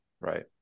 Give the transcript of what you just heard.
right